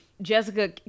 Jessica